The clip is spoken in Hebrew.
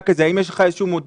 האם יש לך איזה מודל,